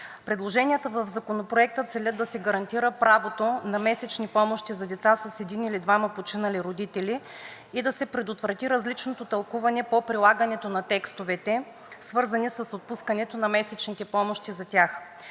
Предложенията в Законопроекта целят да се гарантира правото на месечни помощи за деца с един или двама починали родители и да се предотврати различното тълкуване по прилагането на текстовете, свързани с отпускането на месечните помощи за тях.